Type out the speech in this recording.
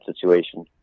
situation